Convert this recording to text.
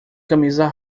camisa